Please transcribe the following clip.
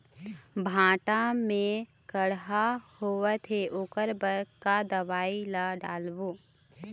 भांटा मे कड़हा होअत हे ओकर बर का दवई ला डालबो?